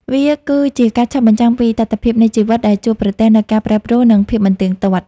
វាគឺជាការឆ្លុះបញ្ចាំងពីតថភាពនៃជីវិតដែលជួបប្រទះនូវការប្រែប្រួល និងភាពមិនទៀងទាត់។